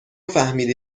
فهمیدی